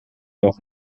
noch